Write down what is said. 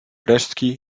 resztki